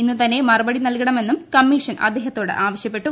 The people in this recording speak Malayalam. ഇന്ന് തന്നെ മറുപടി നൽകണമെന്നും കമ്മീഷൻ അദ്ദേഹത്തോട് ആവശ്യപ്പെട്ടു